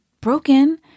broken